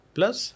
Plus